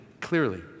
clearly